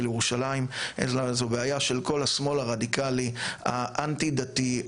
ירושלים אלא של כל השמאל הרדיקלי האנטי-דתי,